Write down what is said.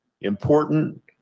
important